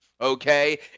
okay